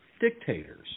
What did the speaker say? dictators